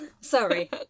Sorry